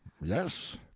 yes